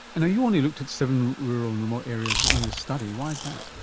and you only looked at seven rural and remote areas in this study, why was that?